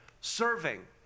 serving